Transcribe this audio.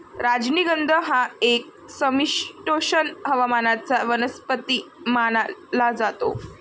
राजनिगंध हा एक समशीतोष्ण हवामानाचा वनस्पती मानला जातो